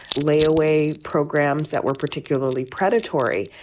layaway programs that were particularly predatory.